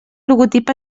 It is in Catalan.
logotip